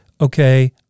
okay